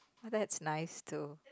well that's nice too